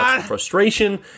frustration